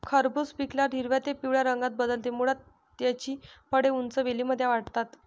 खरबूज पिकल्यावर हिरव्या ते पिवळ्या रंगात बदलते, मुळात त्याची फळे उंच वेलींमध्ये वाढतात